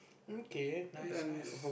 um K nice nice